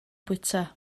bwyta